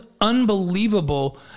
unbelievable